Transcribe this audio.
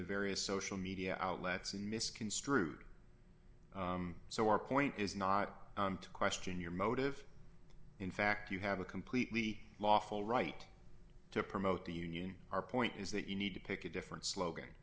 the various social media outlets and misconstrued so our point is not to question your motive in fact you have a completely lawful right to promote the union our point is that you need to pick a different slogan